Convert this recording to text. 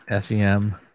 SEM